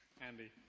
Andy